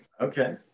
Okay